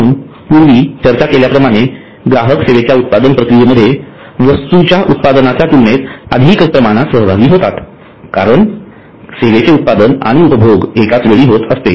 म्हणून पूर्वी चर्चा केल्याप्रमाणे ग्राहक सेवेच्या उत्पादन प्रक्रियेमध्ये वस्तूच्या उत्पादनांच्या तुलनेत अधिक प्रमाणात सहभागी होतात कारण सेवेचे उत्पादन आणि उपभोग एकाच वेळी होत असते